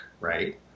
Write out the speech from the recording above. right